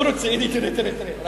הוא רוצה, הנה תראה, תראה.